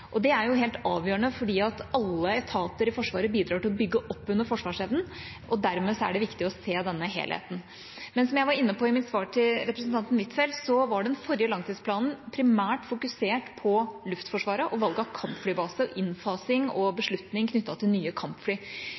Det er helt avgjørende, fordi alle etatene i Forsvaret bidrar til å bygge opp under forsvarsevnen, og dermed er det viktig å se helheten. Men som jeg var inne på i mitt svar til representanten Huitfeldt, var den forrige langtidsplanen primært fokusert på Luftforsvaret og valget av kampflybase, innfasing og beslutning knyttet til nye kampfly.